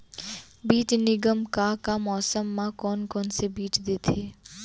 बीज निगम का का मौसम मा, कौन कौन से बीज देथे?